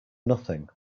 nothing